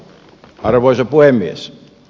arvoisa puhemies